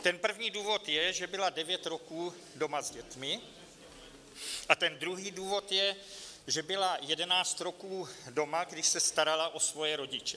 Ten první důvod je, že byla devět roků doma s dětmi, a ten druhý důvod je, že byla 11 roků doma, když se starala o svoje rodiče.